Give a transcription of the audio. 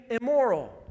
immoral